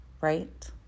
right